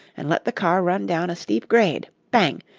and let the car run down a steep grade, bang!